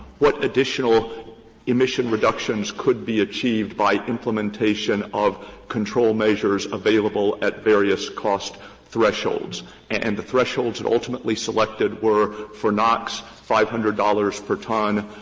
what additional emission reductions could be achieved by implementation of control measures available at various cost thresholds and the thresholds and ultimately selected were for naaqs, five hundred dollars per ton.